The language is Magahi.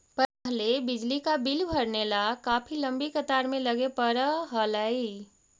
पहले बिजली का बिल भरने ला काफी लंबी कतार में लगे पड़अ हलई